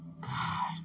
god